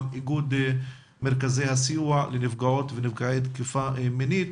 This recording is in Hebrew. איגוד מרכזי הסיוע לנפגעות ונפגעי תקיפה מינית,